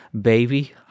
Baby